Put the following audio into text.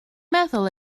meddwl